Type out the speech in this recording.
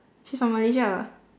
she's from malaysia